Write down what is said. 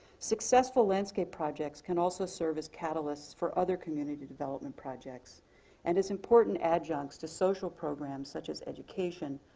successful landscape projects can also serve as catalysts for other community development projects and as important adjuncts to social programs such as education,